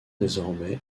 désormais